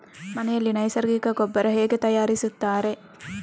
ಮನೆಯಲ್ಲಿ ನೈಸರ್ಗಿಕ ಗೊಬ್ಬರ ಹೇಗೆ ತಯಾರಿಸುತ್ತಾರೆ?